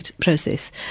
process